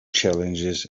challenges